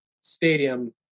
stadium